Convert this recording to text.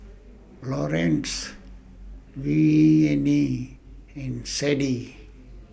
Laurance Venie and Sadie